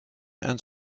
and